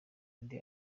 undi